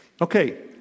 Okay